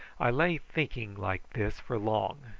i lay thinking like this for long,